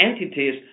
entities